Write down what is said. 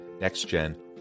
Next-Gen